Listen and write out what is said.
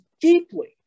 deeply